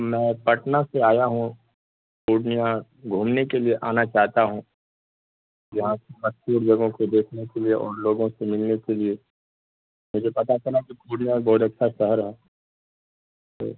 میں پٹنہ سے آیا ہوں پورنیہ گھومنے کے لیے آنا چاہتا ہوں یہاں کی مشہور جگہوں کو دیکھنے کے لیے اور لوگوں سے ملنے کے لیے مجھے پتا چلا کہ پورنیہ بہت اچھا شہر ہے تو